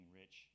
rich